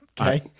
Okay